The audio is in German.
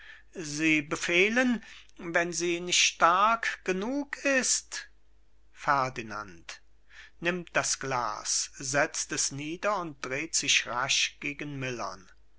sie befehlen wenn sie nicht stark genug ist ferdinand nimmt das glas setzt es nieder und dreht sich rasch